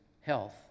health